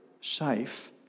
safe